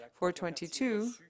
422